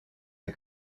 der